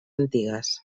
antigues